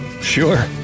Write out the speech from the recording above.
Sure